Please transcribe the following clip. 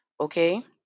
okay